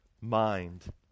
mind